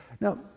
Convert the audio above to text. Now